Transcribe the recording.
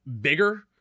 bigger